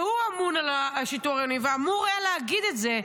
שאמון על השיטור העירוני, ואמור היה להגיד את זה.